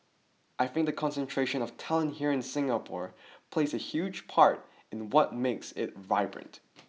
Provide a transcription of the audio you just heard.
I think the concentration of talent here in Singapore plays a huge part in the what makes it vibrant